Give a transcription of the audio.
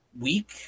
week